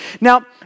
Now